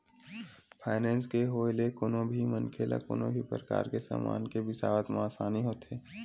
finance के होय ले कोनो भी मनखे ल कोनो भी परकार के समान के बिसावत म आसानी होथे